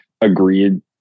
agreed